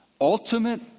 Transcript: Ultimate